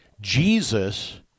Jesus